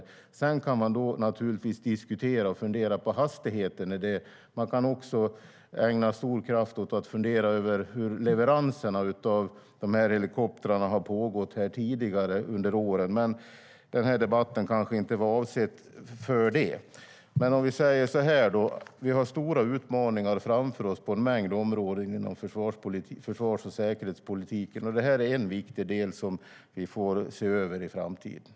Sedan kan man naturligtvis diskutera och fundera på hastigheten i det. Man kan också ägna stor kraft åt att fundera över hur leveranserna av dessa helikoptrar har pågått tidigare under åren. Men den här debatten kanske inte var avsedd för det. Vi har stora utmaningar framför oss på en mängd områden inom försvars och säkerhetspolitiken, och det här är en viktig del som vi får se över i framtiden.